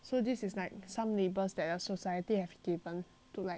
so this is like some labels that our society have given to like